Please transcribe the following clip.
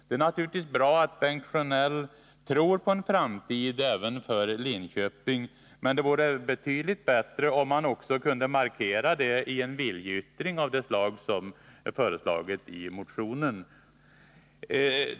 Det är naturligtvis bra att Bengt Sjönell tror på en framtid även för Linköping, men det vore betydligt bättre om han också kunde markera det i en viljeyttring av det slag som är föreslaget i motionen.